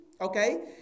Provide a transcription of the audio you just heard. Okay